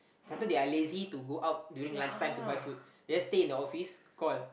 sometime they are lazy to go out during lunch time to buy food just stay in the office call